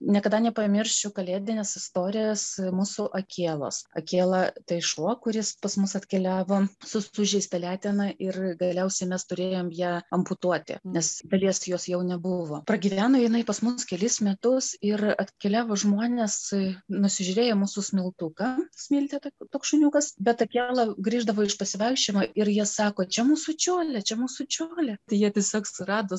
niekada nepamiršiu kalėdinės istorijos mūsų akelos akela tai šuo kuris pas mus atkeliavo su sužeista letena ir galiausiai mes turėjom ją amputuoti nes dalies jos jau nebuvo pragyveno jinai pas mus kelis metus ir atkeliavo žmonės nusižiūrėjo mūsų smiltuką smiltė tokių toks šuniukas bet akela grįždavo iš pasivaikščiojimo ir jie sako čia mūsų čiolė čia mūsų čiolė tai jie tiesiog surado